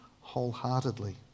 wholeheartedly